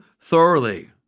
thoroughly